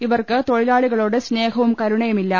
ഇവർക്ക് തൊഴി ലാളികളോട് സ്നേഹവും കരുണയും ഇല്ല